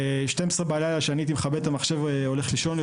ב-12 בלילה כאשר אני הייתי מכבה את המחשב והולך לישון היא